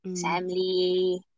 Family